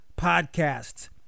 Podcasts